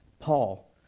Paul